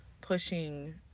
pushing